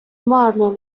murmur